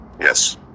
Yes